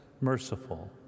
merciful